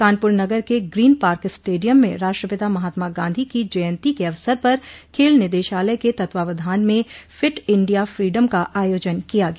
कानपुर नगर के green park stadium में राष्ट्रपिता महात्मा गांधी की जयंती के अवसर पर खेल निदेशालय के तत्वावधान में फिट इंडिया फ़ीडम का आयोजन किया गया